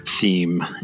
theme